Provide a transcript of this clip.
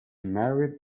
married